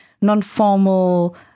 non-formal